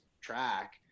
track